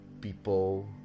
People